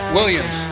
Williams